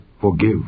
forgive